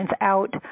out